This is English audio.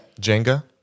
Jenga